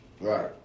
Right